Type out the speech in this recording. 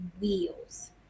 wheels